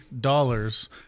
dollars